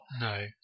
No